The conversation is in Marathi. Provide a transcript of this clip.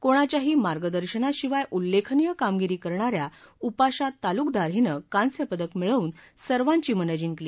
कोणाच्याही मार्गदर्शनाशिवाय उल्लेखनीय कामगिरी करणाऱ्या उपाशा तालुकदार हिनं कांस्य पदक मिळवून सर्वाची मनं जिंकली